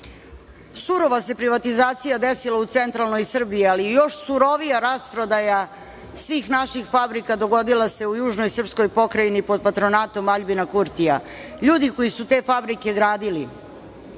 se privatizacija desila u centralnoj Srbiji, ali još surovija rasprodaja svih naših fabrika dogodila se u južnoj srpskoj pokrajni pod patronatom Aljbina Kurtija. Ljudi koji su te fabrike gradili